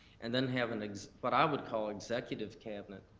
and then having what i would call executive cabinet